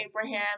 Abraham